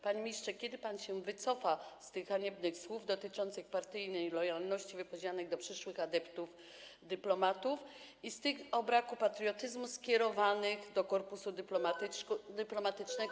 Panie ministrze, kiedy pan się wycofa z tych haniebnych słów dotyczących partyjnej lojalności wypowiedzianych do przyszłych adeptów dyplomacji i z tych o braku patriotyzmu skierowanych do korpusu dyplomatycznego?